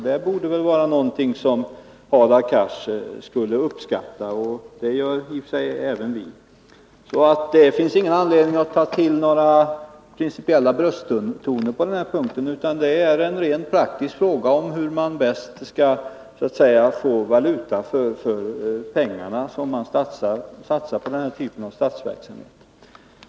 Det borde väl vara någonting som Hadar Cars kunde uppskatta. Det gör i och för sig även vi. Det finns ingen anledning att ta till några brösttoner om principer på den här punkten. Detta är en praktisk fråga om hur man så att säga bäst skall få valuta för de pengar som man satsar på denna typ av statlig verksamhet.